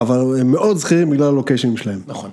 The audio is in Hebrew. אבל הם מאוד זכירים בגלל הלוקיישנים שלהם. נכון.